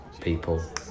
people